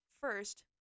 first